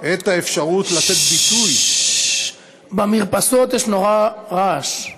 את האפשרות לתת ביטוי, במרפסות יש נורא רעש.